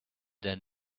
than